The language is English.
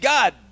God